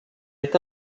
est